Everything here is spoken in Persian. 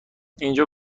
اینجا